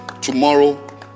tomorrow